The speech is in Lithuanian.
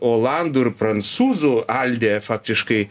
olandų ir prancūzų alde faktiškai